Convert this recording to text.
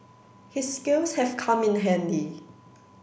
his skills have come in handy